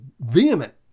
vehement